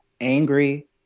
angry